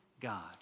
God